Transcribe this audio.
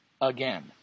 again